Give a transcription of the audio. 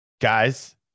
Guys